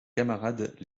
camarades